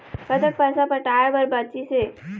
कतक पैसा पटाए बर बचीस हे?